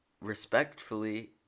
respectfully